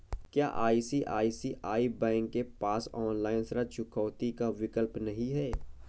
क्या ICICI bank के पास ऑनलाइन ऋण चुकौती का विकल्प नहीं है?